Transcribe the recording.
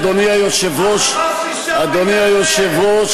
אדוני היושב-ראש,